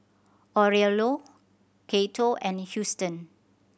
Aurelio Cato and Huston